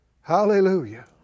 Hallelujah